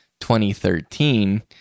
2013